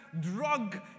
drug